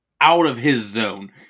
out-of-his-zone